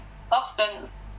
substance